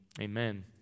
Amen